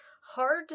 hard